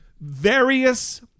various